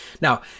Now